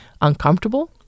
uncomfortable